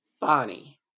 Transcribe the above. Bonnie